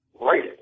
right